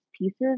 pieces